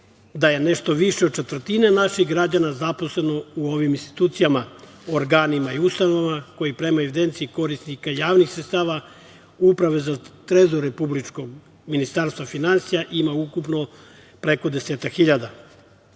da je nešto više od četvrtine naših građana zaposleno u ovim institucijama, organima i ustanovama kojih, prema evidenciji korisnika javnih sredstava Uprave za trezor republičkog Ministarstva finansija, ima ukupno preko desetak hiljada. Sami